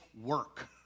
work